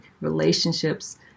relationships